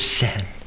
sin